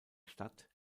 stadt